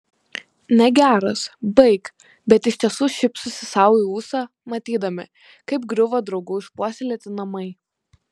negeras baik bet iš tiesų šypsosi sau į ūsą matydami kaip griūva draugų išpuoselėti namai